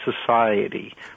society